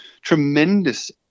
tremendous